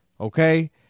Okay